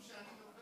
כתוב שאני דובר.